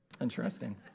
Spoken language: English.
Interesting